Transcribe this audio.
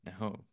No